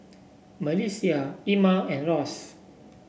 MelissiA Ima and Ross